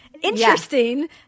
Interesting